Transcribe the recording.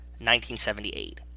1978